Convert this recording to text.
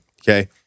okay